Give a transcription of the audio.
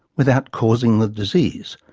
without causing the disease.